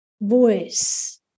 voice